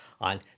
on